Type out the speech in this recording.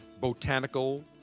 botanical